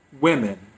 women